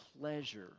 pleasure